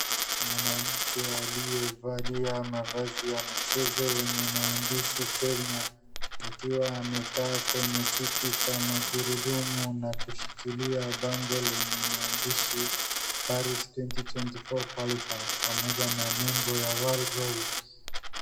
Mwanamke aliyevalia mavazi ya michezo yenye maandishi Kenya, akiwa amekaa kwenye kiti cha magurudumu na kushikilia bango lenye maandishi, PARIS 2024 QUALIFIED , pamoja na nembo ya WORLD ROWING .